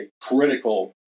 critical